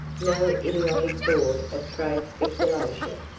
no idiotic board of trade speculation.